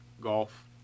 golf